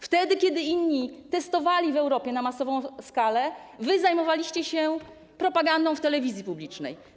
Wtedy kiedy inni testowali w Europie na masową skalę, wy zajmowaliście się propagandą w telewizji publicznej.